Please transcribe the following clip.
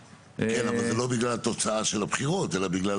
אבל זה לא בגלל תוצאות הבחירות אלא בגלל